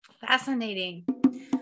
Fascinating